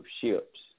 ships